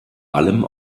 allem